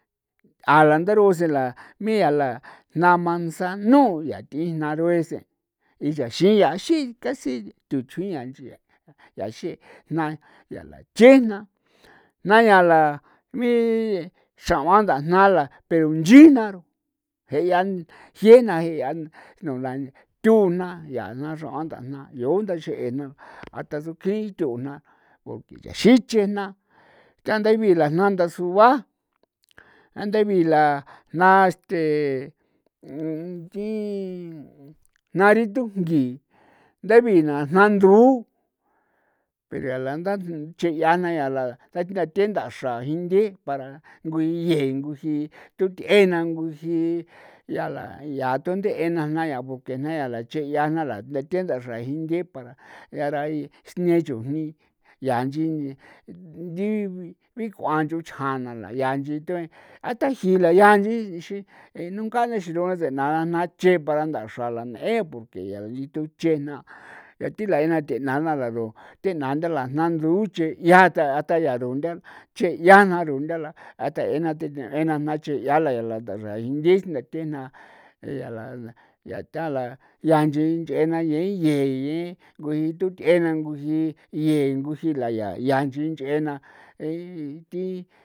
A la ndaru'u se la mia la jna manzanu yaa th'i jna ruee seen iyaxii ya xii casi thuchjuin yaaxi jna yaa la che jna jna yaa la mi xa'uan ndajna la pero nchi jnaro je' ya jea jna la thuna ya xra'ua ndajna uu nda xe'ena hasta tsukjin thu'una por qué taxi chejna tandabii na la ndasua a nda bila jna este jna ritunkji ndabii na jna ndu pero yaa la ntha che'ia na yaa ja la the ndaxra jinthe para ngunyee ngu yaa dunde'e na jna yaa por qué jna yaa ya che'a nda jna para thi ndaxra jinthe para yaa jine chujni yaa nchi bik'uan chuchja na la ya nchi tuen a ta ji'i la yaa nchiixin nuunka nthasxera'u naa ra ndajna che para ndaxra la n'e porque yaa thu che jna ya thi la ena thena na la ru thena na nda la jna nduche 'ia ta a ta ya runde che' 'ia na runde la a taena the' ne ena jna che' 'ia la ya la taxra jin ndisne thejna e ya la ya ta la ya nchi nch'ena ye iyen yen nguji thu th'ena nguji yen nguji la ya ya nchi nch'ena e thi.